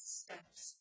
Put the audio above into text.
steps